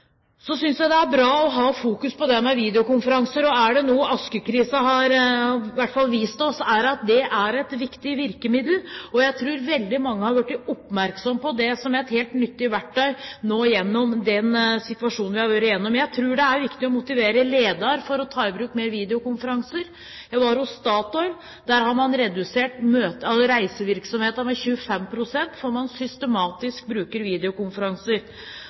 Så synes jeg det er bra å ha fokus på det med videokonferanser. Er det noe askekrisen i hvert fall har vist oss, er det at det er et viktig virkemiddel, og jeg tror veldig mange har blitt oppmerksomme på det som et helt nyttig verktøy nå i den situasjonen vi har vært gjennom. Jeg tror det er viktig å motivere ledere for å ta i bruk mer videokonferanser. Jeg var hos Statoil. Der har man redusert reisevirksomheten med 25 pst. fordi man systematisk bruker videokonferanser.